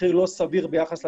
מחיר לא סביר ביחס לתיקון.